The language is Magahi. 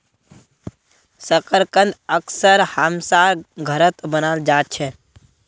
शकरकंद अक्सर हमसार घरत बनाल जा छे